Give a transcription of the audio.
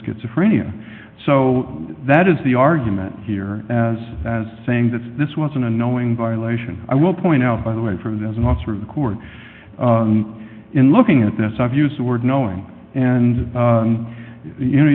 schizophrenia so that is the argument here as as saying that this was an unknowing violation i will point out by the way from the as an officer of the court in looking at this i've used the word knowing and you know